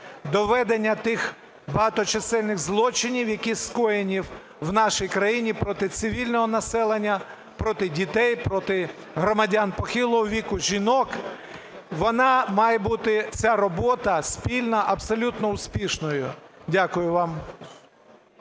доведення тих багаточисельних злочинів, які скоєні в нашій країні проти цивільного населення, проти дітей, проти громадян похилого віку, жінок. Вона має бути, ця робота, спільна, абсолютно успішною. Дякую вам.